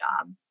job